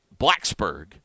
Blacksburg